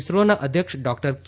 ઇસરોના અધ્યક્ષ ડૉક્ટર કે